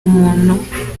umuntu